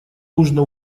нужно